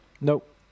Nope